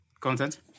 Content